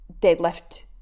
deadlift